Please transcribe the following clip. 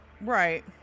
Right